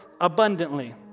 abundantly